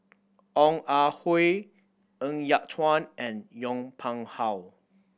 Ong Ah Hoi Ng Yat Chuan and Yong Pung How